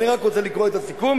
אני רק רוצה לקרוא את הסיכום,